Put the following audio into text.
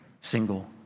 single